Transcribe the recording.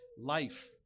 life